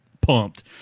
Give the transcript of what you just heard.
pumped